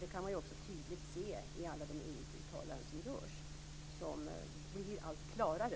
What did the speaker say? Det kan man också tydligt se i alla de uttalanden som görs, som blir allt klarare.